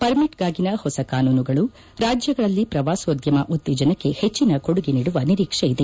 ಪರ್ಮಿಟ್ಗಾಗಿನ ಹೊಸ ಕಾನೂನುಗಳು ರಾಜ್ಯಗಳಲ್ಲಿ ಪ್ರವಾಸೋದ್ಯಮ ಉತ್ತೇಜನಕ್ಕೆ ಹೆಜ್ಜಿನ ಕೊಡುಗೆ ನೀಡುವ ನಿರೀಕ್ಷೆ ಇದೆ